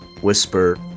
whisper